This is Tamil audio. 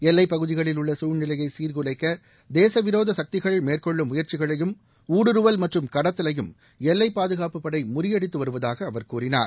எல்லைப்பகுதிகளில் உள்ள சூழ்நிலையை சீர்குலைக்க தேசவிரோத சக்திகள் மேற்கொள்ளும் முயற்சிகளையும் ஊடுருவல் மற்றும் கடத்தலையும் எல்லை பாதுகாப்பு படை முறியடித்து வருவதாக அவர் கூறினார்